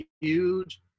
huge